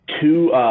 two